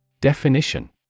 Definition